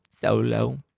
solo